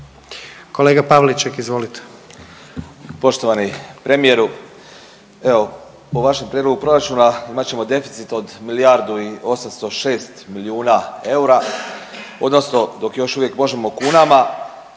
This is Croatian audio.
suverenisti)** Poštovani premijeru evo po vašem Prijedlogu proračuna imat ćemo deficit od milijardu i 806 milijuna eura odnosno dok još uvijek možemo u kunama.